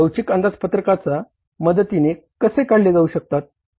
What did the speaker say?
आणि लवचिक अंदाजपत्रकाच्या मदतीने ते कसे काढले जाऊ शकतात